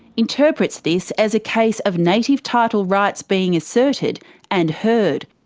interprets this as a case of native title rights being asserted and heard.